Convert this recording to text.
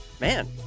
man